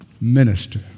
minister